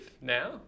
now